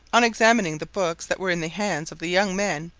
on examining the books that were in the hands of the young men,